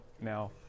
now